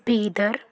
Bidar